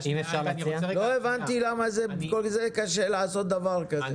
לא הבנתי למה קשה לעשות דבר כזה.